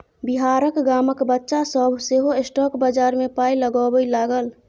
बिहारक गामक बच्चा सभ सेहो स्टॉक बजार मे पाय लगबै लागल